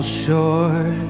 short